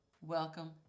Welcome